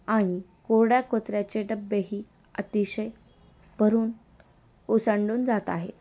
आणि कोरड्या कोचऱ्याचे डब्बेही अतिशय भरून ओसांडून जात आहे